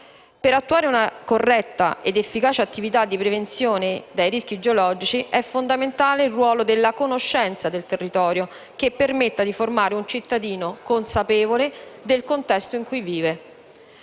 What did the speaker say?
Per attuare una corretta ed efficace attività di prevenzione dai rischi geologici è fondamentale il ruolo della conoscenza del territorio che permette di formare un cittadino consapevole del contesto in cui vive.